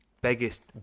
biggest